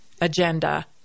agenda